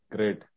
Great